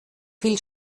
viel